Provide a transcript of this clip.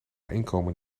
inkomen